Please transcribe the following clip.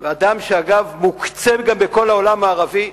אדם שמוקצה בכל העולם הערבי.